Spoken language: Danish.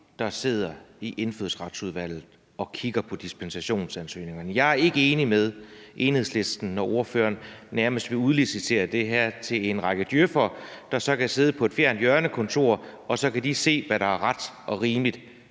der sidder i Indfødsretsudvalget og kigger på dispensationsansøgningerne. Jeg er ikke enig med Enhedslisten, når ordføreren nærmest vil udlicitere det her til en række djøf'ere, der så kan sidde på et fjernt hjørnekontor og se på, hvad der er ret og rimeligt.